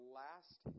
last